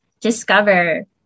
discover